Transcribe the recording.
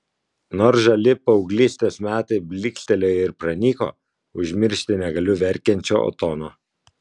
nors žali paauglystės metai blykstelėjo ir pranyko užmiršti negaliu verkiančio otono